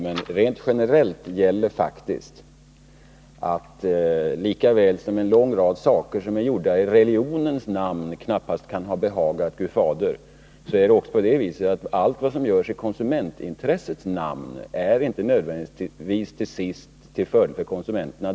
Men rent generellt gäller faktiskt att lika väl som en lång rad saker som har gjortsireligionens namn knappast kan ha behagat Gud Fader, är inte allt som görs i konsumentintressenas namn nödvändigtvis till fördel för konsumenterna.